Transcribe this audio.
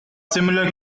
similar